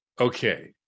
okay